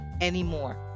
anymore